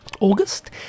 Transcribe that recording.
August